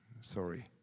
Sorry